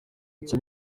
nshya